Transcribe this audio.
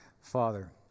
Father